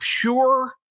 pure